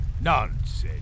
Nonsense